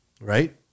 right